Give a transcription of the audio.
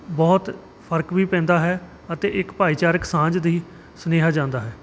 ਬਹੁਤ ਫ਼ਰਕ ਵੀ ਪੈਂਦਾ ਹੈ ਅਤੇ ਇੱਕ ਭਾਈਚਾਰਕ ਸਾਂਝ ਦੀ ਸੁਨੇਹਾ ਜਾਂਦਾ ਹੈ